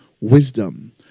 wisdom